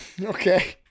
Okay